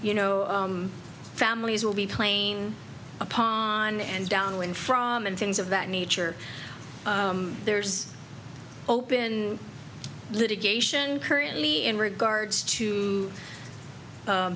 you know families will be playing upon and downwind from and things of that nature there's open litigation currently in regards to